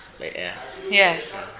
Yes